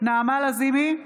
נעמה לזימי,